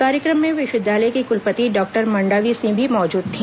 कार्यक्रम में विश्वविद्यालय की कुलपति डॉक्टर मांडवी सिंह भी मौजूद थी